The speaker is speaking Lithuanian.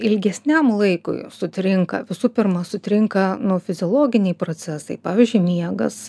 ilgesniam laikui sutrinka visų pirma sutrinka nu fiziologiniai procesai pavyzdžiui miegas